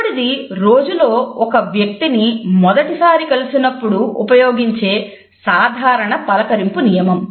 ఇప్పుడిది రోజులో ఒక వ్యక్తిని మొదటి సారి కలిసినప్పుడు ఉపయోగించే సాధారణ పలకరింపు నియమం